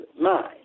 mind